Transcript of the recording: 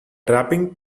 trapping